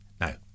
now